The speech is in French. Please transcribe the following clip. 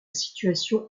situation